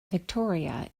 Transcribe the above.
victoria